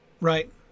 right